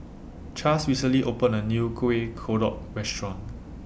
Chaz recently opened A New Kueh Kodok Restaurant